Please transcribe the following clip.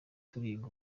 turiga